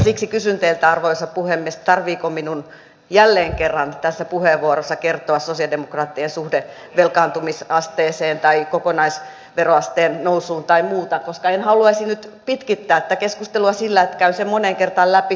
siksi kysyn teiltä arvoisa puhemies tarvitseeko minun jälleen kerran tässä puheenvuorossa kertoa sosialidemokraattien suhde velkaantumisasteeseen tai kokonaisveroasteen nousuun tai muuta koska en haluaisi nyt pitkittää tätä keskustelua sillä että käyn sen moneen kertaan läpi